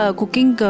cooking